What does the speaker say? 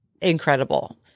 incredible